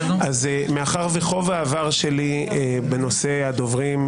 מאחר שיש לי חוב עבר בנושא הדוברים,